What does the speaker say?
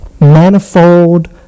Manifold